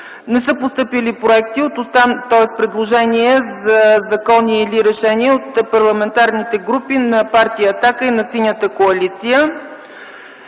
Не са постъпили предложения за закони или решения от парламентарните групи на партия „Атака” и на Синята коалиция.